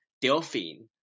Delphine